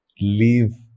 leave